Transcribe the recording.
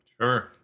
Sure